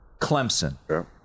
Clemson